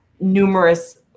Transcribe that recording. numerous